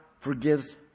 forgives